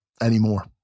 anymore